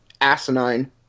asinine